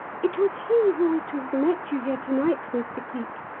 it was he who was to have met you here to-night, mr. cleek.